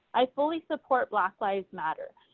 i fully support black lives matter,